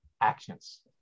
actions